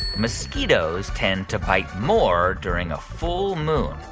mosquitoes tend to bite more during a full moon?